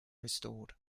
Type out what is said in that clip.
restored